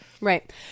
Right